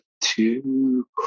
two